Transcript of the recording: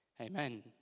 Amen